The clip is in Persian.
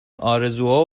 آرزوها